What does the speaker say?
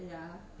ya